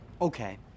Okay